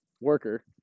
worker